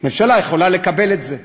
ממשלה יכולה לקבל את זה.